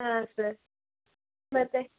ಹಾಂ ಸರ್ ಮತ್ತೆ